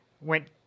Went